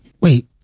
Wait